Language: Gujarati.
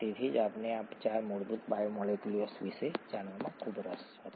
તેથી જ અમને આ 4 મૂળભૂત બાયોમોલેક્યુલ્સ વિશે જાણવામાં ખૂબ રસ હતો